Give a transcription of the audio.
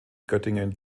göttingen